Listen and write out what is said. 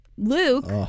Luke